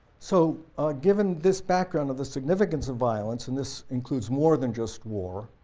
so ah given this background of the significance of violence, and this includes more than just war,